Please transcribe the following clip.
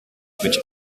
which